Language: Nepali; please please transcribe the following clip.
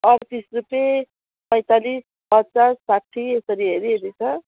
अठतिस रुपियाँ पैँतालिस पचास साठी यसरी हेरि हेरि छ